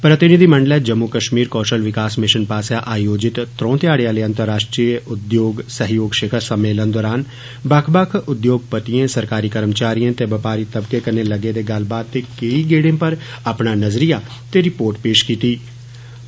प्रतिनिधि मंडलै जम्मू कश्मीर कौशल विकास मिशन पास्सेया आयोजित त्रौं ध्याड़े आहले अंतराष्ट्रीय उद्योग सहयोग शिखर सम्मेलन दौरान बक्ख बक्ख उद्योगपतियें सरकारी कर्मचारियें ते बपारी तबके कन्नै लगे दे गल्ल बात दे केंई गेड़े पर अपना नज़रिया ते रिपोर्ट पेश कीत्ती